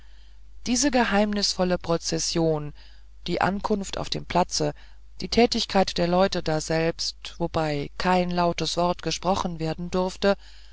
diese geheimnisvolle prozession die ankunft auf dem platze die tätigkeit der leute daselbst wobei kein lautes wort gesprochen werden durfte